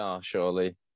surely